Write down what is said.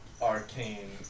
arcane